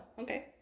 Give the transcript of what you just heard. okay